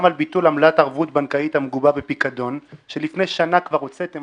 גם על ביטול עמלת ערבות בנקאית המגובה בפיקדון שלפני שנה כבר הוצאתם,